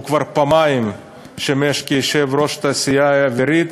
הוא כבר פעמיים שימש כיושב-ראש התעשייה האווירית,